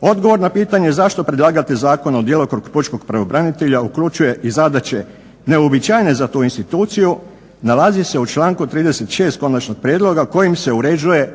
Odgovor na pitanje zašto predlagatelj zakona u djelokrug pučkog pravobranitelja uključuje i zna da će neuobičajene za to instituciju, nalazi se u članku 36. konačnog prijedloga kojim se uređuje